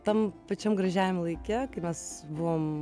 tam pačiam gražiajam laike kai mes buvom